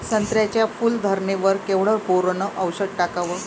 संत्र्याच्या फूल धरणे वर केवढं बोरोंन औषध टाकावं?